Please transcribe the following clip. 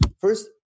first